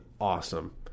awesome